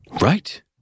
right